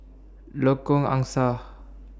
Lengkok Angsa